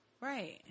right